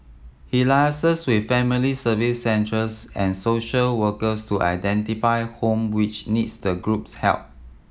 he liaises with family Service Centres and social workers to identify home which needs the group's help